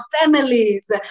families